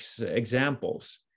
examples